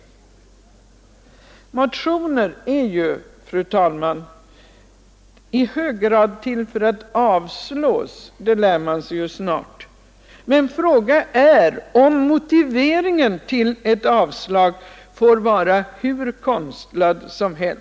Motioner är ju, fru talman, i hög grad till för att avslås — det lär man sig snart. Men frågan är om motiveringen till ett avslag får vara hur konstlad som helst.